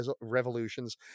Revolutions